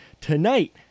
tonight